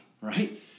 right